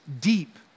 deep